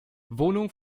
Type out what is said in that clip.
wohnung